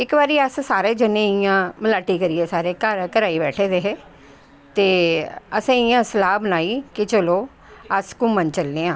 इक दिन इयां सारे जनें अस मलाटी करियै घरै च बैठे दे हे ते असैं इयां सलाह् बनाई कि चलो अस घूमन चलनें आं